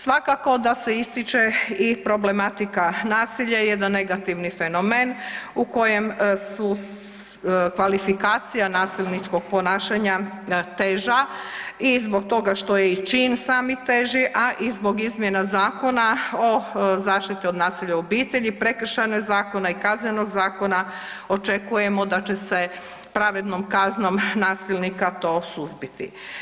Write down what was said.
Svakako da se ističe i problematika nasilja, jedan negativni fenomen u kojem su kvalifikacija nasilničkog ponašanja teža i zbog toga što je i čin sami teži, a i zbog izmjena Zakona o zaštiti od nasilja u obitelji, Prekršajnog zakona i Kaznenog zakona očekujemo da će se pravednom kaznom nasilnika to suzbiti.